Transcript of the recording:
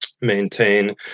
maintain